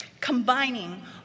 combining